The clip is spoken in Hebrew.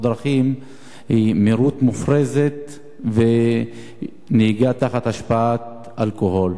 דרכים הן מהירות מופרזת ונהיגה תחת השפעת אלכוהול.